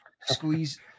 squeeze